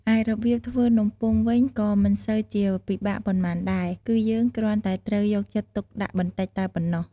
ឯរបៀបធ្វើនំពុម្ពវិញក៏មិនសូវជាពិបាកប៉ុន្មានដែរ គឺយើងគ្រាន់តែត្រូវយកចិត្តទុកដាក់បន្តិចតែប៉ុណ្ណោះ។